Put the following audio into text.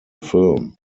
film